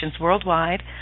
worldwide